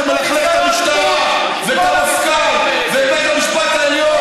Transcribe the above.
שמלכלך על המשטרה ועל המפכ"ל ועל בית המשפט העליון,